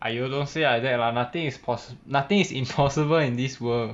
!aiyo! don't say that lah nothing is pos~ nothing is impossible in this world